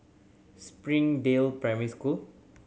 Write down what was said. Springdale Primary School